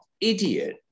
idiot